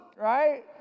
right